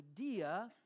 idea